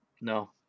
No